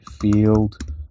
field